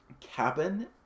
Cabin